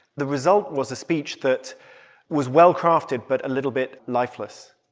the result was a speech that was well crafted but a little bit lifeless.